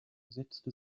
setzte